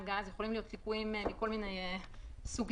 יכולים להיות ליקויים מכל מיני סוגים,